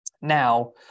Now